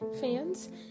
fans